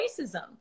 racism